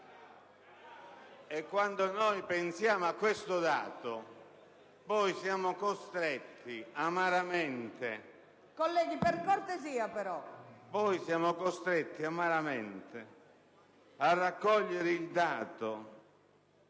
Quando pensiamo a questo dato, poi siamo costretti amaramente a raccogliere il dato